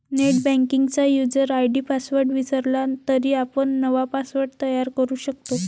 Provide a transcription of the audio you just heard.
नेटबँकिंगचा user ID password विसरला तरी आपण नवा पासवर्ड तयार करू शकतो